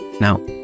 Now